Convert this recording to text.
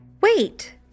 Wait